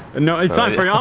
and no! it's time for yeah